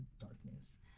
darkness